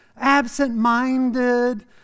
absent-minded